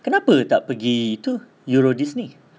kenapa tak pergi itu euro Disney